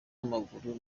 amaguru